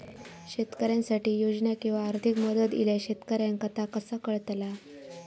शेतकऱ्यांसाठी योजना किंवा आर्थिक मदत इल्यास शेतकऱ्यांका ता कसा कळतला?